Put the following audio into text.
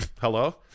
Hello